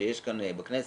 שיש כאן בכנסת,